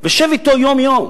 ושב אתו יום-יום,